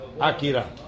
Akira